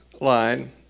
line